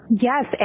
Yes